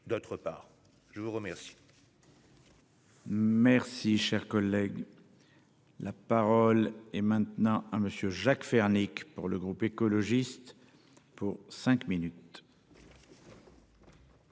D'autre part, je vous remercie. Merci cher collègue. La parole est maintenant à monsieur Jacques Fernique. Pour le groupe écologiste pour cinq minutes.